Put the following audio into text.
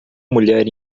mulher